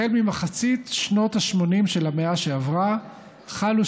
החל ממחצית שנות ה-80 של המאה שעברה חלו